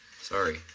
sorry